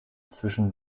zwischen